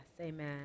amen